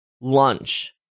lunch